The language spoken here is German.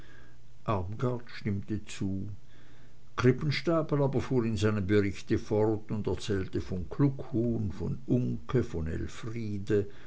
stimmte zu krippenstapel aber fuhr in seinem berichte fort und erzählte von kluckhuhn von uncke von elfriede